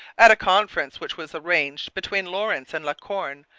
at a conference which was arranged between lawrence and la corne,